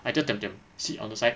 I just diam-diam sit on the side